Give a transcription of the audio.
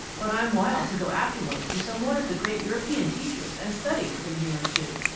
but i'm wild to go afterward to some one of the great european teachers and study for a year or two,